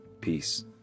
peace